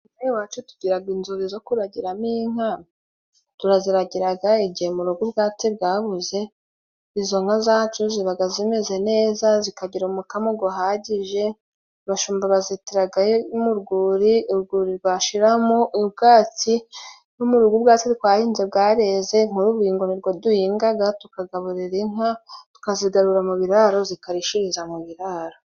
Iriya i wacu tugiraga inzuri zo kuragiramo inka, turaziragiraga igihe mu rugo ubwatsi bwabuze, izo nka zacu zibaga zimeze neza, zikagira umukamo guhagije, abashumba bazitiraga mu rwuri, urwuri rwashiramo ubwatsi, no mu rugo ubwatsi twahinze bwareze nk'urubingo nirwo duhingaga tukagabura inka, tukazigarura mu biraro, zikarishiriza mu biraro.